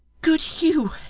good hugh